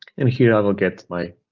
in here i will get my